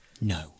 No